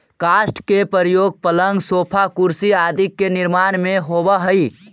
काष्ठ के प्रयोग पलंग, सोफा, कुर्सी आदि के निर्माण में होवऽ हई